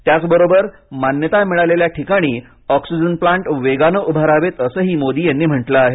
त्याचबरोबर मान्यता मिळालेल्या ठिकाणी ऑक्सिजन प्लांट वेगानं उभारावेत असंही मोदी यांनी म्हटलं आहे